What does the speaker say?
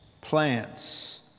plants